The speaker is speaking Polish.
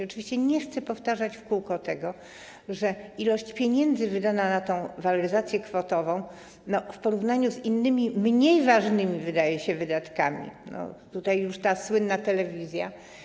Oczywiście nie chcę powtarzać w kółko tego, że ilość pieniędzy wydanych na tę waloryzację kwotową w porównaniu z innymi, mniej ważnymi, wydaje się, wydatkami - tutaj już ta słynna telewizja.